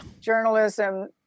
journalism